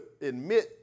admit